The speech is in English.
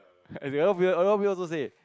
as in other people other people also say